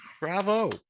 Bravo